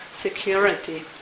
security